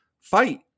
fight